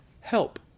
Help